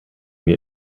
mir